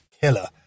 killer